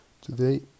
Today